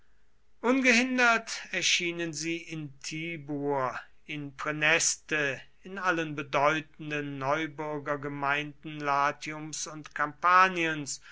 ungehindert erschienen sie in tibur in praeneste in allen bedeutenden neubürgergemeinden latiums und kampaniens